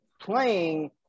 playing